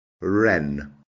ren